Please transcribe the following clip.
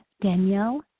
Danielle